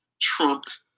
trumped